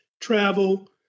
travel